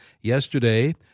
yesterday